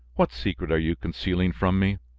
what secret are you concealing from me?